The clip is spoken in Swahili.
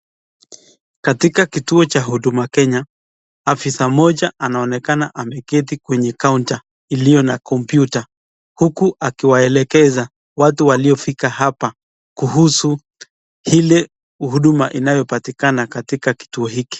Katika kituo cha huduma Kenya, afisa mmoja anaonekana ameketi kwenye counter iliyo na kompyuta huku akiwaelekeza watu waliofika hapa kuhusu kile huduma inayopatikana katika kituo hiki.